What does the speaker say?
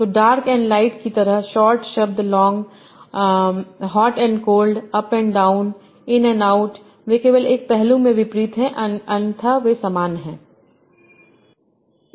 तो dark and light की तरह short and long hot and cold up and down in and out वे केवल एक पहलू में विपरीत हैं अन्यथा वे समान हैं